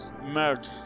Merge